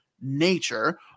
nature